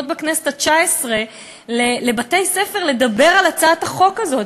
עוד בכנסת התשע-עשרה לבתי-ספר לדבר על הצעת החוק הזאת.